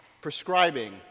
Prescribing